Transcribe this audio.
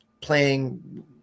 playing